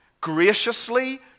graciously